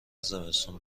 زمستون